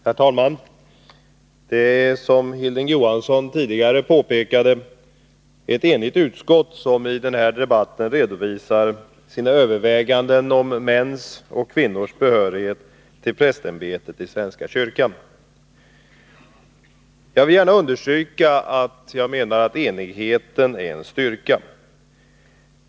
Herr talman! Det är som Hilding Johansson tidigare påpekade ett enigt utskott som i denna debatt redovisar sina överväganden om mäns och kvinnors behörighet till prästämbetet i svenska kyrkan. Jag vill gärna understryka att jag menar att enigheten är en styrka.